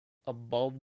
above